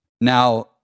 Now